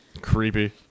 Creepy